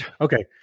Okay